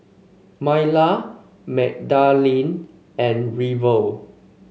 Myla Magdalene and River